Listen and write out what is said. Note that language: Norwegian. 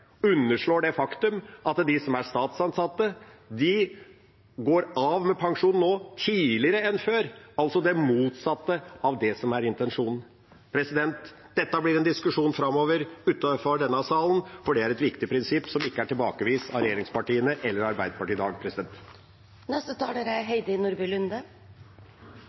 underslår det faktum at de som er statsansatte, går av med pensjon tidligere enn før, altså det motsatte av det som er intensjonen. Det blir en diskusjon framover utenfor denne salen, for dette er et viktig prinsipp som ikke er tilbakevist av regjeringspartiene eller Arbeiderpartiet i dag. Jeg hører representanten Lundteigen mene det er